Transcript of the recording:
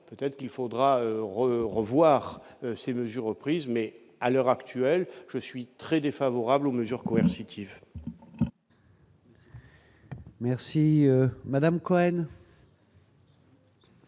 peut-être qu'il faudra re revoir ces mesures prises mais à l'heure actuelle, je suis très défavorable aux mesures Quincy. Merci Madame Cohen.